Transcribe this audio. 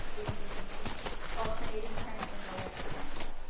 ac dc alternating currents and direct currents.